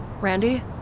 Randy